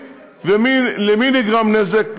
ולמי נגרם נזק?